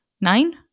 nine